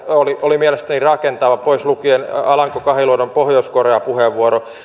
olivat mielestäni rakentavia pois lukien alanko kahiluodon pohjois korea puheenvuoro